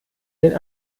den